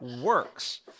works